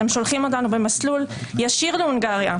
אתם שולחים אותנו במסלול ישיר להונגריה,